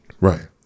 Right